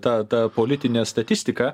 ta ta politinė statistika